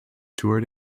toured